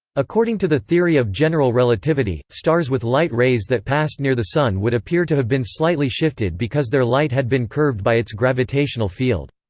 according to the theory of general relativity, stars with light rays that passed near the sun would appear to have been slightly shifted because their light had been curved by its gravitational field.